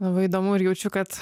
labai įdomu ir jaučiu kad